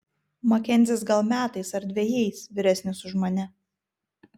makenzis gal metais ar dvejais vyresnis už mane